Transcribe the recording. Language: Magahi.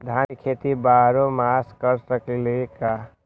धान के खेती बारहों मास कर सकीले का?